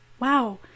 wow